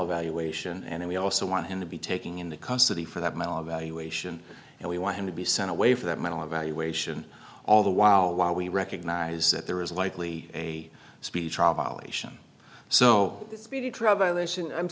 evaluation and we also want him to be taking into custody for that mental evaluation and we want him to be sent away for that mental evaluation all the while while we recognize that there is likely a spee